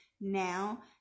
Now